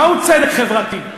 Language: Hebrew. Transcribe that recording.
מהו צדק חברתי?